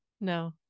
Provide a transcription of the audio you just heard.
no